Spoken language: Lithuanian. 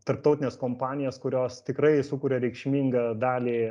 tarptautines kompanijas kurios tikrai sukuria reikšmingą dalį